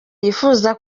yifuza